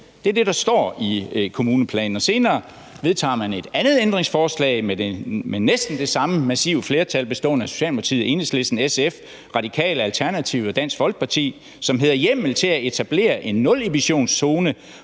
Det er det, der står i kommuneplanen. Senere vedtager man et andet ændringsforslag med næsten det samme massive flertal bestående af Socialdemokratiet, Enhedslisten, SF, Radikale, Alternativet og Dansk Folkeparti, som hedder: Hjemmel til at etablere en nulemissionszone